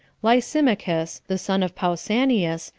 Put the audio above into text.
lysimachus, the son of pausanias,